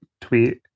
tweet